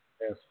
Yes